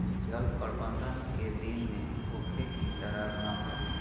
जल प्रबंधन केय दिन में होखे कि दरार न पड़ी?